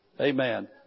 Amen